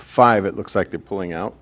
five it looks like they're pulling out